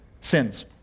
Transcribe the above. sins